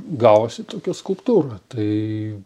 gavosi tokia skulptūra tai